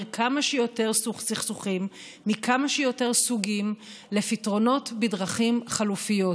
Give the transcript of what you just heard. כמה שיותר סכסוכים מכמה שיותר סוגים לפתרונות בדרכים חלופיות,